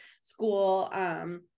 school